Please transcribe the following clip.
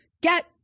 Get